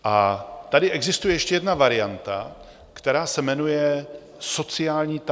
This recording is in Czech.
A tady existuje ještě jedna varianta, která se jmenuje sociální tarif.